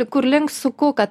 kur link suku kad